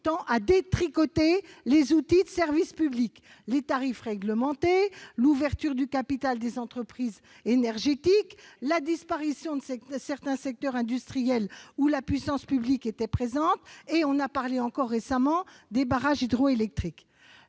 à détricoter le service public : la remise en cause des tarifs réglementés, l'ouverture du capital des entreprises énergétiques, la disparition de certains secteurs industriels où la puissance publique était présente, la privatisation des barrages hydroélectriques